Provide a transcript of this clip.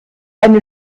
eine